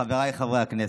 חבריי חברי הכנסת,